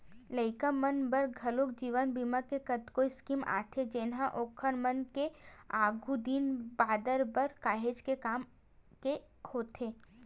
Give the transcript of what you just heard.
लइका मन बर घलोक जीवन बीमा के कतको स्कीम आथे जेनहा ओखर मन के आघु दिन बादर बर काहेच के काम के होथे